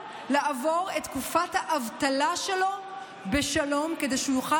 לעבור את תקופת האבטלה שלו בשלום כדי שהוא יוכל